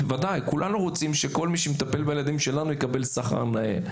כולנו רוצים שכל מי שמטפל בילדים שלנו יקבל שכר נאה.